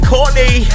Courtney